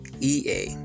EA